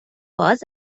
باز